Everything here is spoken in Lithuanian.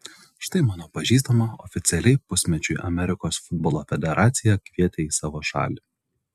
štai mano pažįstamą oficialiai pusmečiui amerikos futbolo federacija kvietė į savo šalį